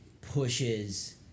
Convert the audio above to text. pushes